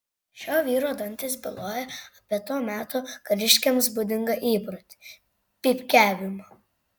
šio vyro dantys byloja apie to meto kariškiams būdingą įprotį pypkiavimą